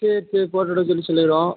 சரி சரி போட்டுவிட சொல்லி சொல்லிடுறோம்